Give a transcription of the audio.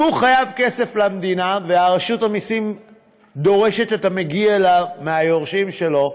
אם הוא חייב כסף למדינה ורשות המסים דורשת את המגיע לה מהיורשים שלו,